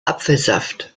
apfelsaft